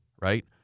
right